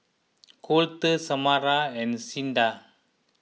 Colter Samara and Cinda